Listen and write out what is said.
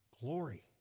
Glory